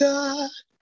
God